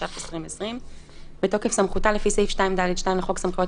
התש"ף-2020 בתוקף סמכותה לפי סעיף 2(ד)(2) ל חוק סמכויות